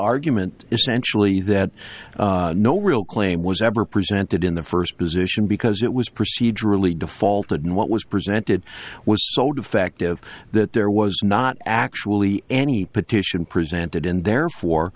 argument essentially that no real claim was ever presented in the first position because it was procedurally defaulted what was presented was so defective that there was not actually any petition presented and therefor